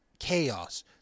chaos